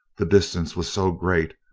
the distance was so great,